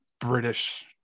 British